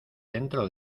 dentro